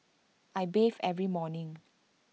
I bathe every morning